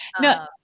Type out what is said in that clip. No